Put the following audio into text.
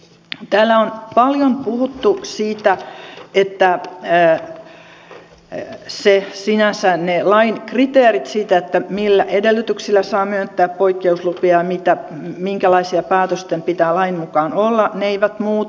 täällä on paljon puhuttu siitä että sinänsä ne lain kriteerit siitä millä edellytyksillä saa myöntää poikkeuslupia ja minkälaisia päätösten pitää lain mukaan olla eivät muutu